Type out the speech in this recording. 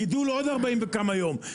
הגידול זה עוד 40 וכמה יום.